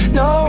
no